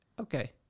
Okay